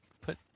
put